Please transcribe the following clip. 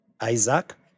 Isaac